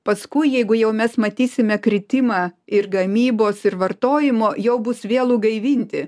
paskui jeigu jau mes matysime kritimą ir gamybos ir vartojimo jau bus vėlu gaivinti